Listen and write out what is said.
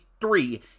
Three